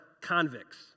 convicts